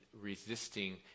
resisting